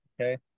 okay